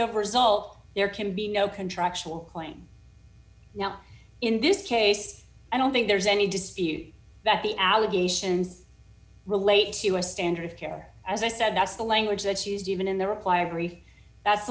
of result there can be no contractual claim now in this case i don't think there's any dispute that the allegations relate to a standard of care as i said that's the language that's used even in the